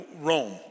Rome